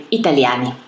italiani